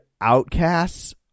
outcasts